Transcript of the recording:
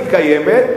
היא קיימת,